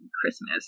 christmas